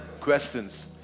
questions